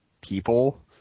people